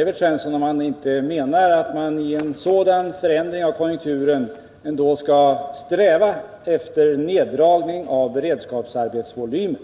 Evert Svensson att man inte i en sådan förändring av konjunkturerna skall sträva efter att minska beredskapsarbetsvolymen?